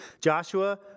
Joshua